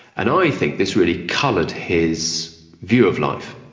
and i think this really coloured his view of life.